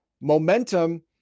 Momentum